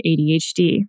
ADHD